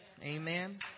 Amen